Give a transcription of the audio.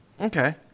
Okay